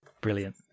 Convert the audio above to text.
Brilliant